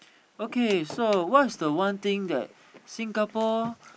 okay so what's the one thing that Singapore